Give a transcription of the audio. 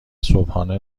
صبحانه